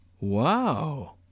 Wow